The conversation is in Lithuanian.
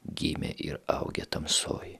gimę ir augę tamsoj